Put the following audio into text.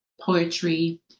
poetry